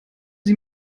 sie